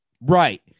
Right